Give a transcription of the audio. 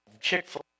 Chick-fil-A